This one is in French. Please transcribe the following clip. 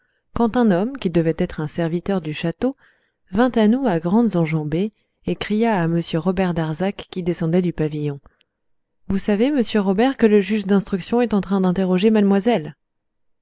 quand un homme qui devait être un serviteur du château vint à nous à grandes enjambées et cria à m robert darzac qui descendait du pavillon vous savez monsieur robert que le juge d'instruction est en train d'interroger mademoiselle